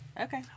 Okay